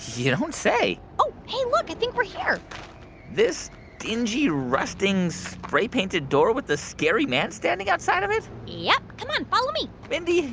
you don't say oh, hey, look. i think we're here this dingy, rusting, spray-painted door with the scary man standing outside of it? yep. come on. follow me mindy,